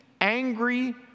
angry